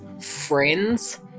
friends